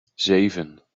zeven